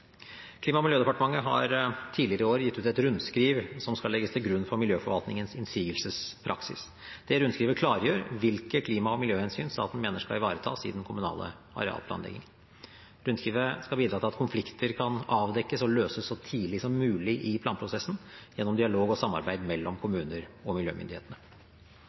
Klima- og miljødepartementet har tidligere i år gitt ut et rundskriv som skal legges til grunn for miljøforvaltningens innsigelsespraksis. Det rundskrivet klargjør hvilke klima- og miljøhensyn som staten mener skal ivaretas i den kommunale arealplanleggingen. Rundskrivet skal bidra til at konflikter kan avdekkes og løses så tidlig som mulig i planprosessen, gjennom dialog og samarbeid mellom kommuner og miljømyndighetene.